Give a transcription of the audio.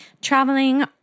traveling